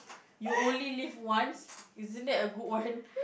you only live once isn't that a good one